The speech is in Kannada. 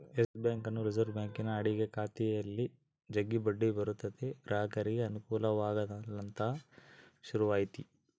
ಯಸ್ ಬ್ಯಾಂಕನ್ನು ರಿಸೆರ್ವೆ ಬ್ಯಾಂಕಿನ ಅಡಿಗ ಖಾತೆಯಲ್ಲಿ ಜಗ್ಗಿ ಬಡ್ಡಿ ಬರುತತೆ ಗ್ರಾಹಕರಿಗೆ ಅನುಕೂಲವಾಗಲಂತ ಶುರುವಾತಿ